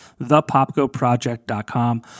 thepopgoproject.com